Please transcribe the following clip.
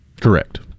Correct